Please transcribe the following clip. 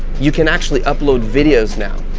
you can actually upload videos now.